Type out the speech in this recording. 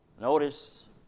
Notice